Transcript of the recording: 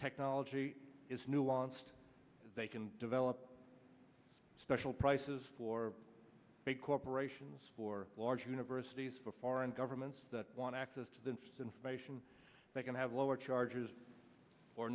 technology is nuanced they can develop special prices for big corporations for large universities for foreign governments that want access to information they can have lower charges or